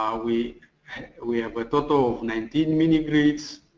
ah we we have a total of nineteen mini grids.